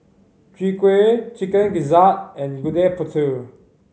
Chwee Kueh Chicken Gizzard and Gudeg Putih